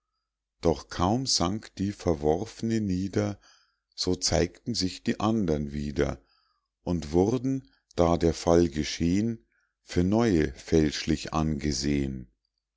doch kaum sank die verworf'ne nieder so zeigten sich die andern wieder und wurden da der fall gescheh'n für neue fälschlich angeseh'n